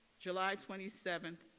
july twenty seventh,